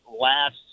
last